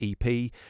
EP